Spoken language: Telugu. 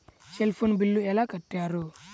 సెల్ ఫోన్ బిల్లు ఎలా కట్టారు?